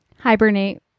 Hibernate